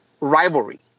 rivalry